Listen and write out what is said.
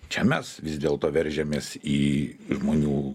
čia mes vis dėl to veržiamės į žmonių